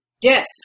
Yes